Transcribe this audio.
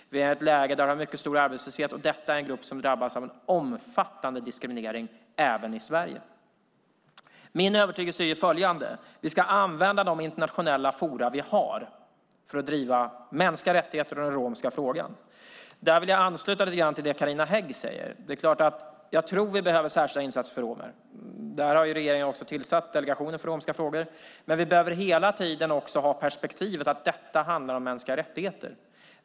Vi är i ett läge med mycket stor arbetslöshet, och detta är en grupp som drabbas av omfattande diskriminering även i Sverige. Min övertygelse är följande. Vi ska använda de internationella forum vi har för att driva mänskliga rättigheter och den romska frågan. Jag vill ansluta lite till det Carina Hägg säger. Jag tror att vi behöver särskilda insatser för romer - regeringen har ju också tillsatt Delegationen för romska frågor - men vi behöver också hela tiden ha perspektivet att detta handlar om mänskliga rättigheter.